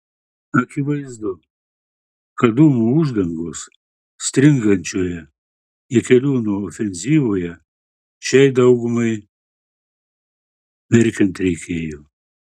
akivaizdu kad dūmų uždangos stringančioje jakeliūno ofenzyvoje šiai daugumai verkiant reikėjo